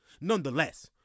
nonetheless